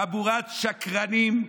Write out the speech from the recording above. חבורת שקרנים,